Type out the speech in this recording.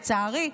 לצערי,